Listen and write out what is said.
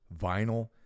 vinyl